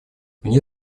вне